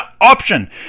option